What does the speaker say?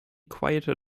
quieter